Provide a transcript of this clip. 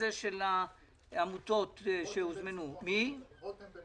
העמותות שהוזמנו בזום, רותם בן